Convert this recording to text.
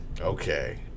okay